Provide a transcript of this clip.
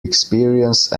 experience